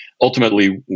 Ultimately